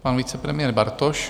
Pan vicepremiér Bartoš.